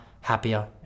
happier